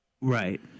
Right